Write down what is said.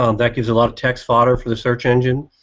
um that gives a lot of text filter for the search engine.